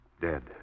Dead